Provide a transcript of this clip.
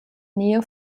nähe